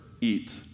eat